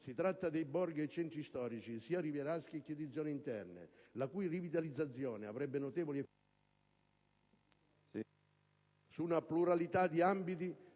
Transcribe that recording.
Si tratta di borghi e centri storici, sia rivieraschi che di zone interne, la cui rivitalizzazione avrebbe notevoli effetti positivi su una pluralità di ambiti: